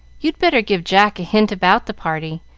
you'd better give jack a hint about the party.